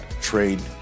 trade